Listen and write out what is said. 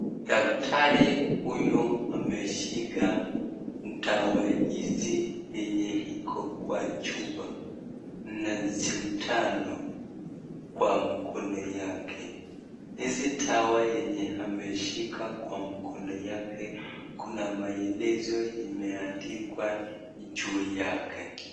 Daktari huyu ameshika dawa hizi yenye iko kwa chupa na sidano kwa mkono yake ,hizi dawa yenye ameshika kwa mkono yake kuna maelezo imeandikwa juu yake.